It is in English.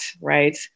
right